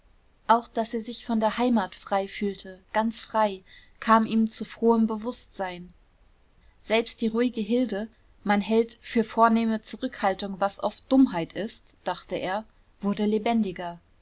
auch daß er sich von der heimat frei fühlte ganz frei kam ihm zu frohem bewußtsein selbst die ruhige hilde man hält für vornehme zurückhaltung was oft dummheit ist dachte er wurde lebendiger